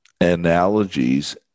analogies